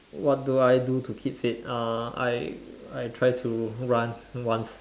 what do I do to keep fit uh I I try to run once